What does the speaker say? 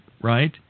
Right